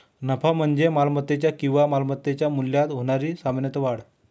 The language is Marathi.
नफा म्हणजे मालमत्तेच्या किंवा मालमत्तेच्या मूल्यात होणारी सामान्य वाढ